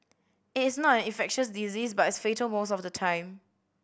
it is not an infectious disease but it's fatal most of the time